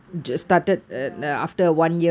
student ya